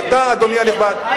יש החלטה, אדוני הנכבד.